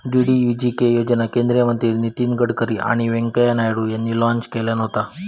DDUGK योजना केंद्रीय मंत्री नितीन गडकरी आणि व्यंकय्या नायडू यांनी लॉन्च केल्यान होता